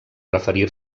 referir